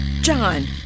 John